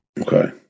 Okay